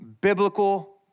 biblical